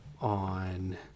on